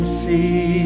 see